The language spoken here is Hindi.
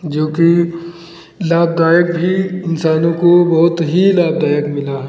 जो कि लाभदायक भी इंसानों को बहुत ही लाभदायक मिला है